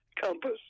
compass